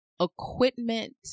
equipment